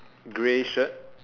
grey shirt